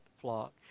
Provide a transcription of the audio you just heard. flock